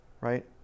right